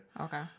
Okay